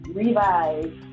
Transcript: revise